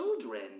children